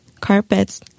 carpets